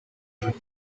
jolly